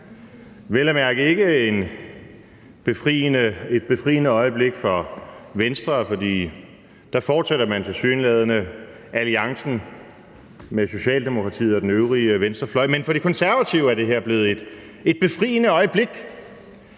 vel at mærke ikke et befriende øjeblik for Venstre, fordi der fortsætter man tilsyneladende alliancen med Socialdemokratiet og den øvrige venstrefløj. Men for De Konservative er det her blevet et befriende øjeblik